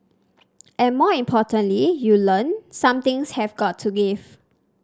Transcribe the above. and more importantly you learn some things have got to give